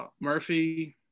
Murphy